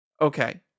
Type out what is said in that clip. Okay